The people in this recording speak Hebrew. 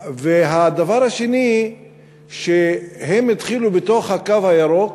והדבר השני שהם התחילו בתוך הקו הירוק,